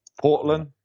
Portland